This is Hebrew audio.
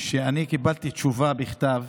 אני קיבלתי תשובה בכתב